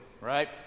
right